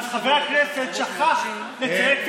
חבר הכנסת שכח לציין,